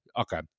Okay